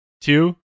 two